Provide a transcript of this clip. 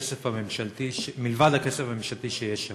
הכסף הממשלתי שיש שם.